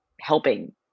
helping